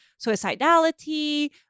suicidality